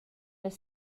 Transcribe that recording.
las